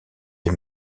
des